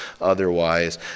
otherwise